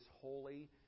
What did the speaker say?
holy